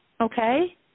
okay